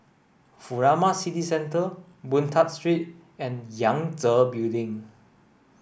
Furama City Centre Boon Tat Street and Yangtze Building